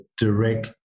direct